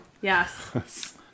Yes